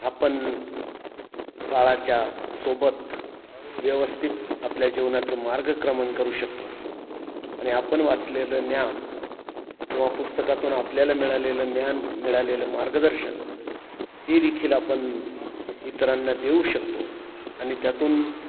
आपण काळाच्या सोबत व्यवस्थित आपल्या जीवनाचं मार्गक्रमण करू शकतो आणि आपण वाचलेलं ज्ञान किंवा पुस्तकातून आपल्याला मिळालेलं ज्ञान मिळालेलं मार्गदर्शन ते देखील आपण इतरांना देऊ शकतो आणि त्यातून